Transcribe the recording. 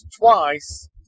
twice